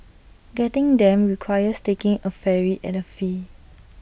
getting them requires taking A ferry at A fee